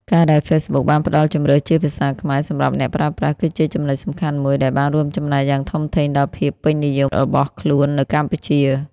ការដែល Facebook បានផ្តល់ជម្រើសជា ភាសាខ្មែរ សម្រាប់អ្នកប្រើប្រាស់ គឺជាចំណុចសំខាន់មួយដែលបានរួមចំណែកយ៉ាងធំធេងដល់ភាពពេញនិយមរបស់ខ្លួននៅកម្ពុជា។